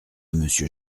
monsieur